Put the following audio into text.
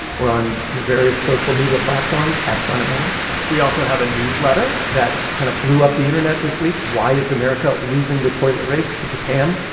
we're on your various social media platforms at planetmoney we also have a newsletter that kind of blew up the internet this week. why is america losing the toilet race to japan?